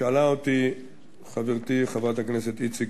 שאלה אותי חברתי חברת הכנסת איציק,